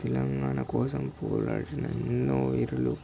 తెలంగాణ కోసం పోరాడిన ఎన్నో వీరులు